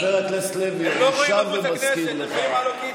חבר הכנסת מיקי, אני שב ומזכיר לך.